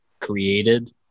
created